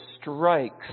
strikes